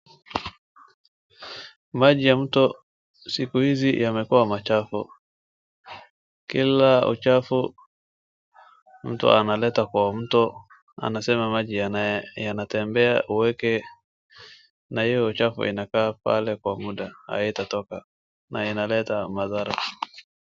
Maji ya mto siku hizi yamekuwa machafu kila uchafu mtu analeta kwa mto anasema maji yanatembea uweke na hiyo uchafu itakaa pale kwa muda haitatoka na inaleta madhara.